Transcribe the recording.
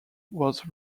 was